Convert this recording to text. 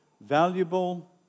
valuable